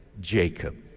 Jacob